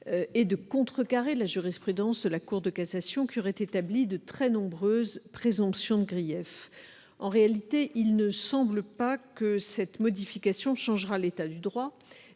est de contrecarrer la jurisprudence de la Cour de cassation, qui aurait établi de très nombreuses présomptions de grief. En réalité, il ne semble pas que cette modification changera l'état du droit,